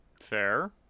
Fair